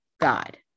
god